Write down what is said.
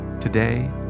Today